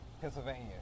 Pennsylvania